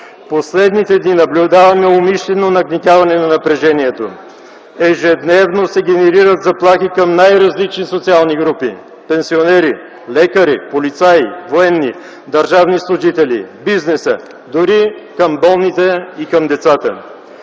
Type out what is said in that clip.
последните дни наблюдаваме умишлено нагнетяване на напрежението. Ежедневно се генерират заплахи към най-различни социални групи – пенсионери, лекари, полицаи, военни, държавни служители, бизнеса, дори към болните и към децата.